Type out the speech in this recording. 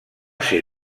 ser